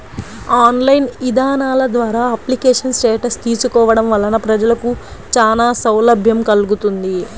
online ఇదానాల ద్వారా application status తెలుసుకోవడం వలన ప్రజలకు చానా సౌలభ్యం కల్గుతుంది